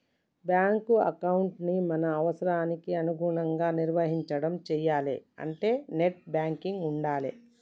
bank ఎకౌంటుని మన అవసరాలకి అనుగుణంగా నిర్వహించడం చెయ్యాలే అంటే నెట్ బ్యాంకింగ్ ఉండాలే